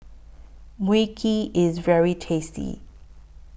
Mui Kee IS very tasty